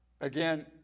Again